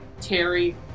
Terry